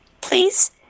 Please